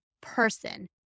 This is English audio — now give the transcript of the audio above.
person